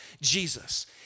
Jesus